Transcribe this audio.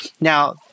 Now